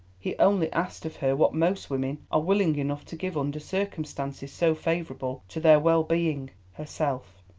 he only asked of her what most women are willing enough to give under circumstances so favourable to their well-being herself.